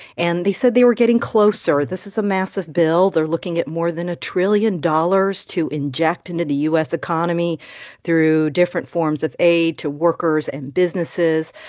and they said they were getting closer. this is a massive bill. they're looking at more than a trillion dollars to inject into the u s. economy through different forms of aid to workers and businesses.